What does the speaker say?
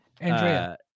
Andrea